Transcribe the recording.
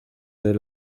del